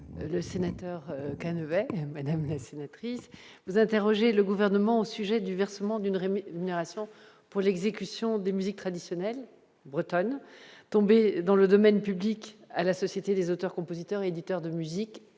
le sénateur Canuet, Madame la sénatrice, vous interrogez le gouvernement au sujet du versement d'une rémunération pour l'exécution des musiques traditionnelles bretonnes, tombé dans le domaine public, à la Société des auteurs compositeurs et éditeurs de musique,